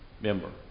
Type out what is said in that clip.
member